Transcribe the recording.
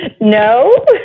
No